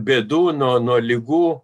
bėdų nuo nuo ligų